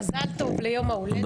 מזל טוב ליום ההולדת שלך.